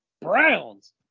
Browns